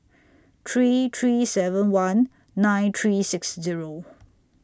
three three seven one nine three six Zero